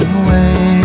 away